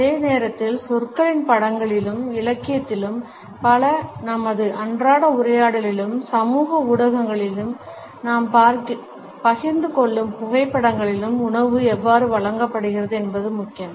அதே நேரத்தில் சொற்களிலும் படங்களிலும் இலக்கியத்திலும் நமது அன்றாட உரையாடலிலும் சமூக ஊடகங்களில் நாம் பகிர்ந்து கொள்ளும் புகைப்படங்களிலும் உணவு எவ்வாறு வழங்கப்படுகிறது என்பதும் முக்கியம்